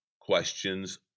Questions